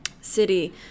city